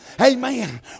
Amen